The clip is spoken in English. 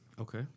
Okay